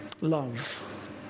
Love